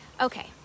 okay